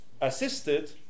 assisted